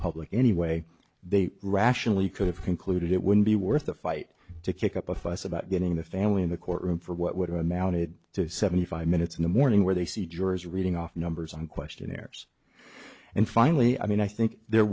public anyway they rationally could have concluded it would be worth the fight to kick up a fuss about getting the family in the courtroom for what amounted to seventy five minutes in the morning where they see jurors reading off numbers on questionnaires and finally i mean i think there